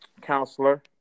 counselor